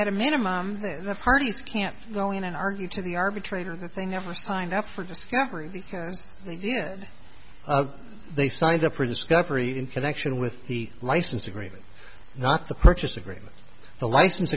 at a minimum the parties can't go in and argue to the arbitrator that they never signed up for discovery did they signed up for discovery in connection with the license agreement not the purchase agreement the license